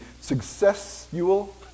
successful